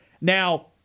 now